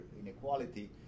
inequality